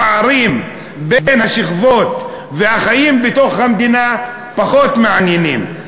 הפערים בין השכבות והחיים בתוך המדינה פחות מעניינים.